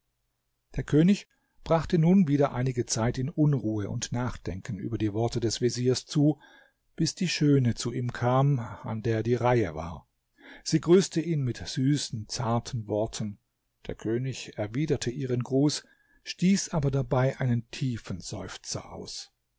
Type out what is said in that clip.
der könig brachte nun wieder einige zeit in unruhe und nachdenken über die worte des veziers zu bis die schöne zu ihm kam an der die reihe war sie grüßte ihn mit süßen zarten worten der könig erwiderte ihren gruß stieß aber dabei einen tiefen seufzer aus